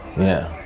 yeah.